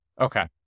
Okay